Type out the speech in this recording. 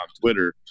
Twitter